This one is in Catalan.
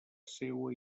seua